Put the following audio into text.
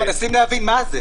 לא, אנחנו מנסים להבין מה זה.